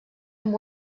amb